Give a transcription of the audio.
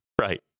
right